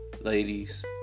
ladies